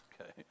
Okay